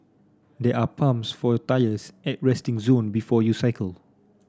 there are pumps for tyres at resting zone before you cycle